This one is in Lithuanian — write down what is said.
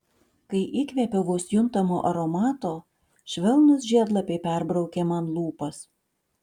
kai įkvėpiau vos juntamo aromato švelnūs žiedlapiai perbraukė man lūpas